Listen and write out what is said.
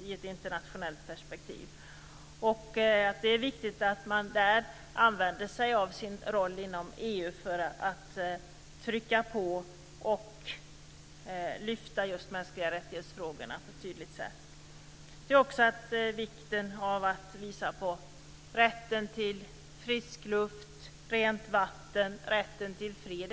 i ett internationellt perspektiv. Det är viktigt att man där använder sig av sin roll inom EU för att trycka på och lyfta fram just frågorna om mänskliga rättigheter på ett tydligt sätt. Jag tror också på vikten av att visa på rätten till frisk luft och rent vatten och rätten på fred.